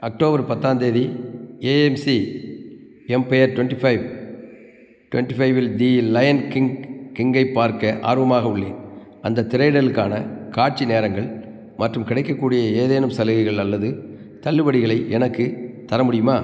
October பத்தாந்தேதி AMC Empire twenty five twenty ஃபைவ்வில் the Lion King கிங்கை பார்க்க ஆர்வமாக உள்ளேன் அந்தத் திரையிடலுக்கான காட்சி நேரங்கள் மற்றும் கிடைக்கக்கூடிய ஏதேனும் சலுகைகள் அல்லது தள்ளுபடிகளை எனக்கு தர முடியுமா